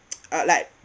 uh like